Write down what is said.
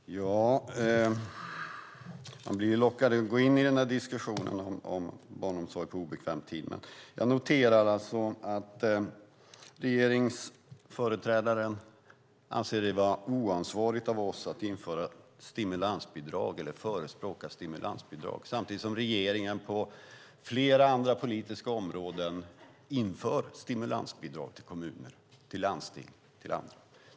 Herr talman! Jag blir lockad att gå in i diskussionen om barnomsorg på obekväm tid. Jag noterar att regeringsföreträdaren anser det vara oansvarigt av oss att förespråka ett stimulansbidrag. Samtidigt har regeringen på flera andra politiska områden infört stimulansbidrag till kommuner, landsting och andra.